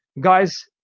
Guys